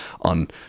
on